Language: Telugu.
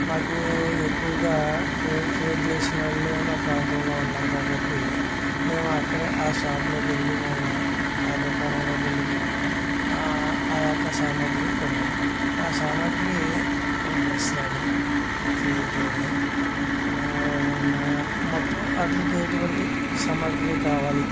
మాకు ఎక్కువగా పెయింట్ పెయింట్లు వేసిన వాళ్ళే మా ప్రాంతంలో ఉన్నారు కాబట్టి మేము అక్కడే ఆ షాప్లోకి వెళ్లి మేము ఆ దుకాణంలోకి వెళ్లి మేము ఆ యొక్క సామాగ్రి కొనుక్కుంటాం ఆ సామాగ్రి మన బ్రష్లు అని పెయింట్లని మ మొత్తం వాటికి ఎటువంటి సామాగ్రి కావాలి